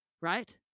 Right